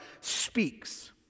speaks